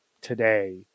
today